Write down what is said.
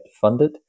funded